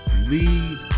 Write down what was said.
Lead